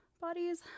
bodies